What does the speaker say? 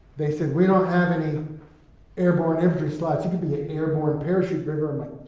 they said, we don't have any airborne infantry slots. you could be an airborne paratrooper. i'm